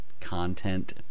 content